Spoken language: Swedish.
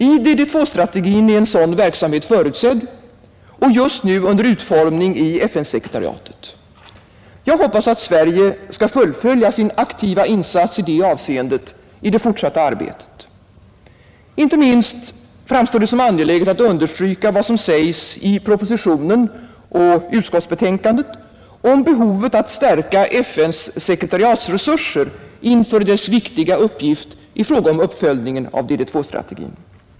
I DD2-strategin är en sådan verksamhet förutsedd och just nu under utformning i FN-sekretariatet, och jag hoppas att Sverige skall fullfölja sin aktiva insats i detta avseende i det fortsatta arbetet. Inte minst framstår det som angeläget att understryka vad som sägs i propositionen och utskottsbetänkandet om behovet att stärka FN-sekretariatets resurser inför dess viktiga uppgift i fråga om uppföljningen av DD2-strategin.